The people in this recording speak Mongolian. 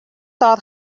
доор